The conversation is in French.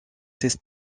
seize